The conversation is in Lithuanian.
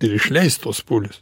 ir išleist tuos pūlius